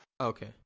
Okay